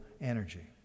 energy